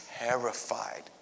terrified